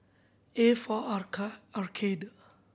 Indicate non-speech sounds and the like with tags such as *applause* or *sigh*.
A for *unintelligible* Arcade